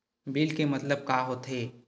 Bill के मतलब का होथे?